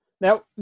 Now